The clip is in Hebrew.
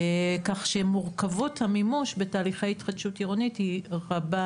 כך שמורכבות המימוש בתהליכי התחדשות עירונית היא רבה